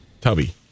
Tubby